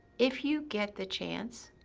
if you get the chance,